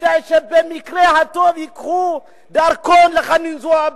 כדי שבמקרה הטוב ייקחו דרכון לחנין זועבי.